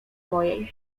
mojej